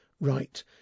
right